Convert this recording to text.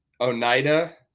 Oneida